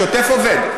השוטף עובד.